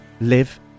live